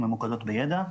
הן ממוקדות בידע,